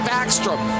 Backstrom